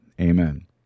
amen